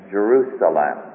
Jerusalem